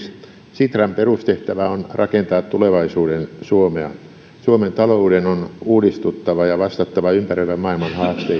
sitran perustehtävä on rakentaa tulevaisuuden suomea suomen talouden on uudistuttava ja vastattava ympäröivän maailman haasteisiin